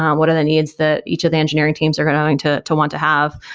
um what are the needs that each of the engineering teams are going going to to want to have?